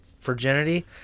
virginity